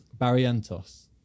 Barrientos